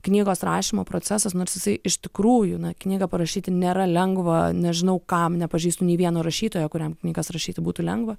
knygos rašymo procesas nors jisai iš tikrųjų na knygą parašyti nėra lengva nežinau kam nepažįstu nei vieno rašytojo kuriam knygas rašyti būtų lengva